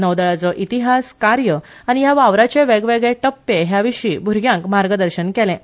नौदळाचो इतिहास कार्य आनी ह्या वावराचे वेगवेगळे टप्पे हे विशीं भुरग्यांक मार्गदर्शन केलें